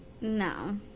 No